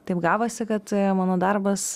taip gavosi kad mano darbas